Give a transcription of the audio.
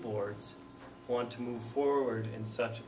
boards want to move forward in such